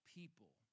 people